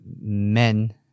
men